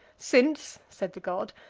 since, said the god,